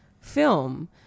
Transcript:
film